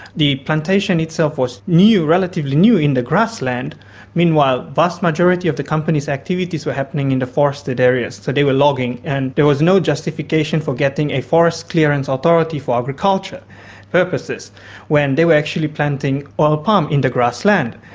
the plantation itself was new, relatively new, in the grassland meanwhile, vast majority of the company's activities were happening in the forested areas. so they were logging, and there was no justification for getting a forest clearance authority for agriculture purposes when they were actually planting oil palm in the grassland.